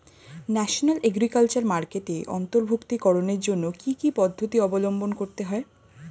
National agriculture মার্কেটে অন্তর্ভুক্তিকরণের জন্য কি কি পদ্ধতি অবলম্বন করতে হয়?